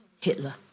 Hitler